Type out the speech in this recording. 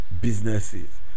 businesses